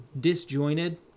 disjointed